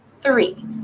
Three